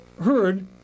heard